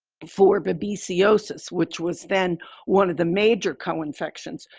for but babesiosis, which was then one of the major co-infections.